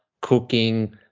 cooking